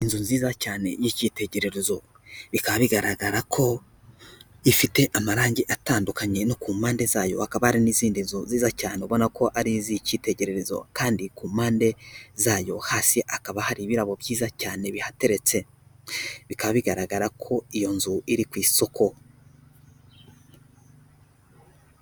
Inzu nziza cyane y'icyitegererezo, bikaba bigaragara ko ifite amarangi atandukanye no ku mpande zayo hakaba hari n'izindi nzu nziza cyane ubona ko ari iz'icyitegererezo kandi ku mpande zayo hasi hakaba hari ibirabo byiza cyane bihateretse, bikaba bigaragara ko iyo nzu iri ku isoko.